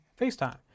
FaceTime